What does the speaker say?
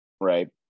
right